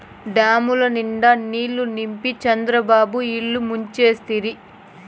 డాముల నిండా నీళ్ళు నింపి చంద్రబాబు ఇల్లు ముంచేస్తిరి